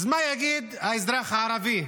אז מה יגיד האזרח הערבי?